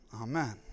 Amen